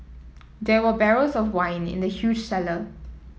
there were barrels of wine in the huge cellar